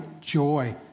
joy